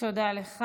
תודה לך.